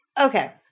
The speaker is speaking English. Okay